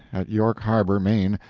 at york harbor, maine,